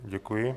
Děkuji.